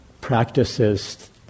practices